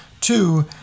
Two